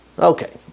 Okay